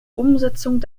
umsetzung